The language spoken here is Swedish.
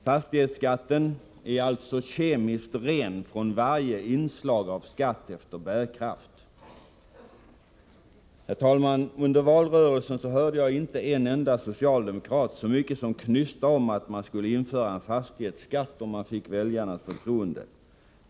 Fastighetsskatten är alltså kemiskt ren från Herr talman! Under valrörelsen hörde jag inte en enda socialdemokrat så mycket som knysta om att man skulle införa en fastighetsskatt om man fick väljarnas förtroende.